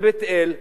בית-אל,